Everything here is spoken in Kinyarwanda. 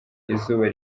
izuba